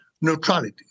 neutrality